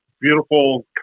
beautiful